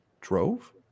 drove